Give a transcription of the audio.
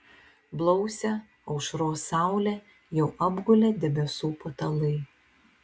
blausią aušros saulę jau apgulė debesų patalai